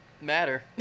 matter